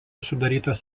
sudarytas